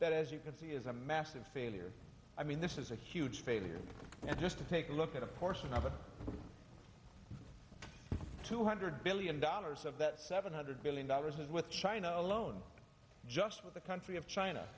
that as you can see is a massive failure i mean this is a huge failure just to take a look at a portion of it two hundred billion dollars of that seven hundred billion dollars with china alone just with the country of china